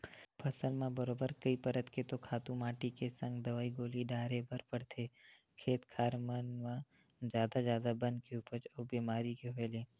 फसल म बरोबर कई परत के तो खातू माटी के संग दवई गोली डारे बर परथे, खेत खार मन म जादा जादा बन के उपजे अउ बेमारी के होय ले